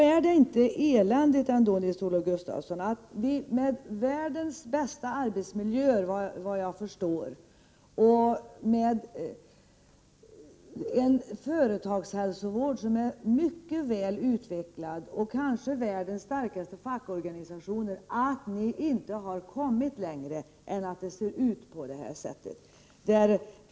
Är det inte eländigt ändå att ni med världens bästa arbetsmiljöer, som jag förstår Nils-Olof Gustafsson, med en företagshälsovård som är mycket väl utvecklad och med världens kanske starkaste fackorganisationer inte har kommit längre än att det ser ut på det här sättet?